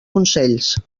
consells